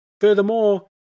Furthermore